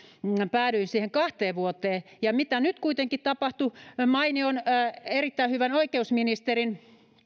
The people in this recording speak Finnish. päädyin siihen kahteen vuoteen ja mitä nyt kuitenkin tapahtui erittäin hyvän oikeusministeri